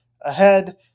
ahead